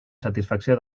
satisfacció